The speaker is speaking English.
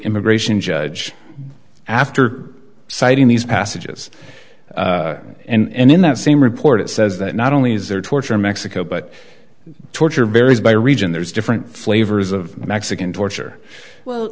immigration judge after citing these passages and in that same report it says that not only is there torture in mexico but torture varies by region there's different flavors of mexican torture well